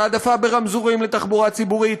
העדפה ברמזורים לתחבורה ציבורית,